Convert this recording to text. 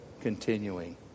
continuing